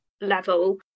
level